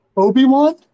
Obi-Wan